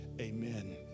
Amen